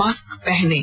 mask पहनें